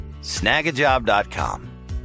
Snagajob.com